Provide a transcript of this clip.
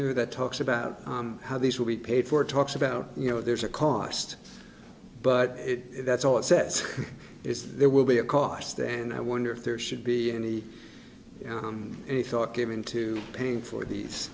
there that talks about how these will be paid for talks about you know there's a cost but that's all it says is there will be a cost and i wonder if there should be any thought given to paying for these